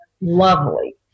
lovely